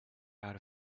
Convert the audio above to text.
out